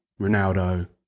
Ronaldo